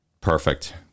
Perfect